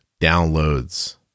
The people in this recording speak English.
downloads